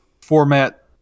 format